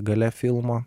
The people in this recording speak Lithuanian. gale filmo